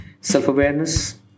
Self-awareness